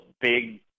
big